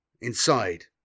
inside